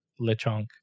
Lechonk